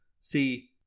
See